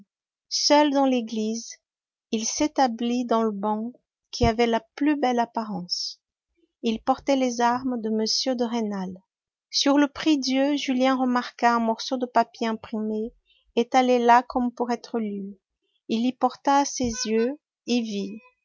seul dans l'église il s'établit dans le banc qui avait la plus belle apparence il portait les armes de m de rênal sur le prie-dieu julien remarqua un morceau de papier imprimé étalé là comme pour être lu il y porta es yeux et vit